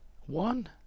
one